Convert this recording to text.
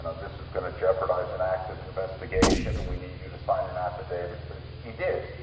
you know this is going to jeopardize an active investigation and we need you to sign an affidavit, so he did.